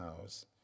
house